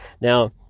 Now